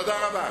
תודה.